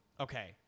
Okay